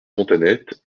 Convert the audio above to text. fontanettes